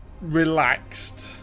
relaxed